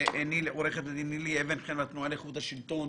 לעורכת הדין נילי אבן חן מהתנועה לאיכות השלטון